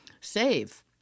save